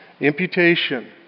Imputation